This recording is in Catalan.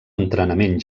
entrenament